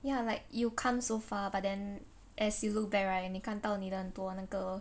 ya like you come so far but then as you look back right 你看到你的很多那个